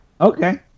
okay